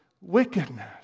wickedness